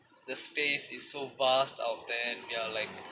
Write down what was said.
the space is so vast out there and we are like